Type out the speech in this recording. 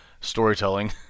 storytelling